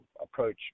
approach